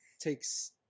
takes